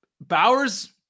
Bowers